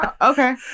Okay